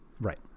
Right